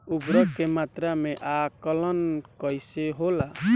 उर्वरक के मात्रा में आकलन कईसे होला?